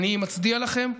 אני מצדיע לכם.